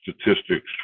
statistics